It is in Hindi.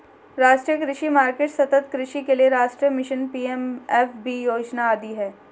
राष्ट्रीय कृषि मार्केट, सतत् कृषि के लिए राष्ट्रीय मिशन, पी.एम.एफ.बी योजना आदि है